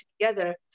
together